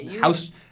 house